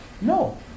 No